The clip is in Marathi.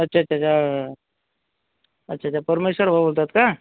अच्छा अच्छा अच्छा अच्छा परमेश्वर भाऊ बोलतात का